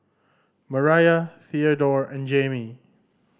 Mariah Theadore and Jamey